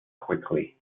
quickly